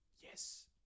Yes